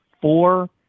four